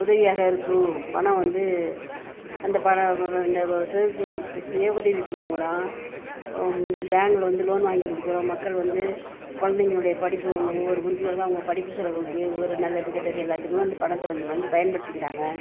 உதவியாக இருக்கும் பணம் வந்து அந்த பணம் சுய உதவி குழு மூலம் வந்து பேங்க்கில் வந்து லோன் வாங்கி கொடுக்கிறோம் மக்கள் வந்து குழந்தைங்களுடைய படிப்பு ஒவ்வொரு உறுப்பினர்களும் அவங்க படிப்பு செலவுக்கு ஒரு நல்லது கெட்டது எல்லாத்துக்குமே வந்து பணத்தை வந்து வாங்கி பயன்படுத்திக்கிறாங்க